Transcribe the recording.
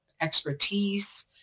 expertise